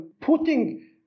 putting